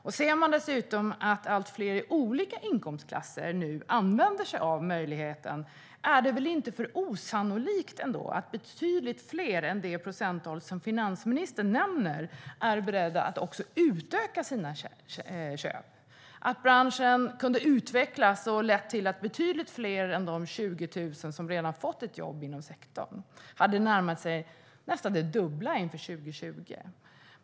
När vi nu ser att allt fler i olika inkomstklasser använder sig av den möjligheten är det väl ändå inte osannolikt att betydligt fler än de procent som finansministern nämner är beredda att också utöka sina köp av tjänster. Branschen hade kunnat utvecklas, vilket hade lett till betydligt fler än de 20 000 som redan fått ett jobb inom sektorn. Det hade närmat sig nästan det dubbla inför 2020.